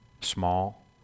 small